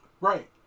Right